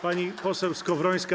Pani poseł Skowrońska?